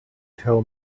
tow